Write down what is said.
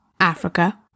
Africa